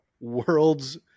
world's